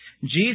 Jesus